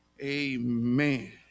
Amen